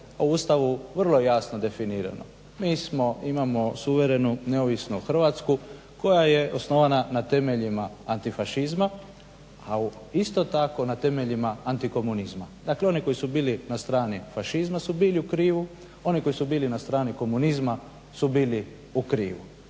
u Ustavu vrlo je jasno definirano mi smo, imamo suverenu neovisnu Hrvatsku koja je osnovana na temeljima antifašizma, a isto tako na temeljima antikomunizma. Dakle, oni koji su bili na strani fašizma su bili u krivu, oni koji su bili na strani komunizma su bili u krivu.